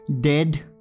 dead